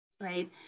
right